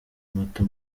mato